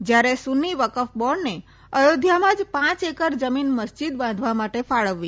જયારે સુન્નિવકફ બોર્ડને અયોધ્યામાં જ પાંચ એકર જમીન મસ્જીદ બાંધવા માટે ફાળવવી